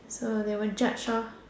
so they will judge ah